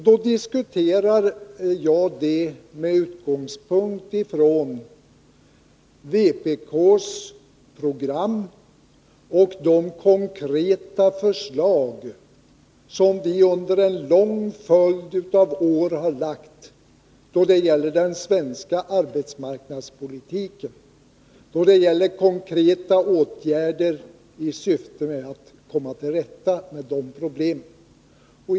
Då diskuterar jag detta med utgångspunkti vänsterpartiet kommunisternas program och de konkreta förslag som vi under en lång följd av år har lagt fram om den svenska arbetsmarknadspolitiken, om konkreta åtgärder i syfte att komma till rätta med de problemen.